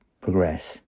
progress